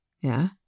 Yeah